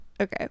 Okay